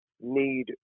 need